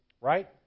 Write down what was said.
right